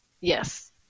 Yes